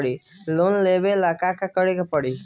Loan लेबे ला का करे के पड़ी?